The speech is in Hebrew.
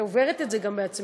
את עוברת את זה גם בעצמך,